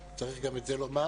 צריך גם את זה לומר,